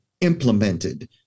implemented